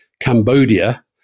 Cambodia